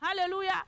Hallelujah